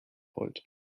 rollt